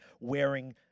wearing